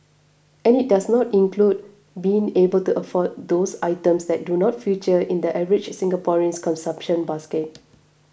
and it does not include being able to afford those items that do not feature in the average Singaporean's consumption basket